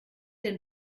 denn